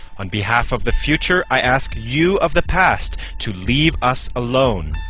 on behalf of the future i ask you of the past to leave us alone.